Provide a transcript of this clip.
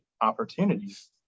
opportunities